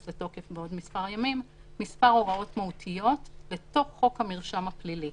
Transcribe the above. לתוקף בעוד כמה ימים כמה הוראות מהותיות לתוך חוק המרשם הפלילי.